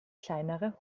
kleinere